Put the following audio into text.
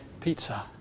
pizza